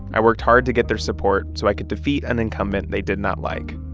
i worked hard to get their support so i could defeat an incumbent they did not like.